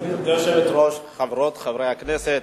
גברתי היושבת-ראש, חברות וחברי הכנסת,